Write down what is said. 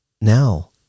now